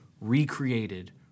recreated